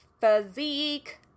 physique